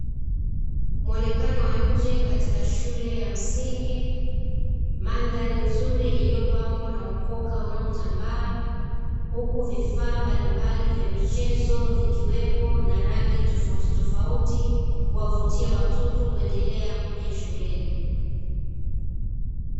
Muonekano wa nje katika shule ya msingi, mandhari nzuri iliyopambwa na ukoka unaotambaa, huku vifaa mbalimbali vya michezo vikiwepo na rangi tofautitofauti kuwavuitia watoto kuendelea kuja shuleni.